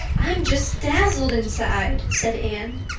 i'm just dazzled inside, said anne.